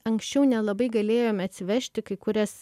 anksčiau nelabai galėjome atsivežti kai kurias